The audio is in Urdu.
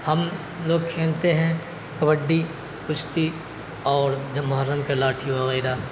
ہم لوگ کھیلتے ہیں کبڈی کشتی اور جب محرم کی لاٹھی وغیرہ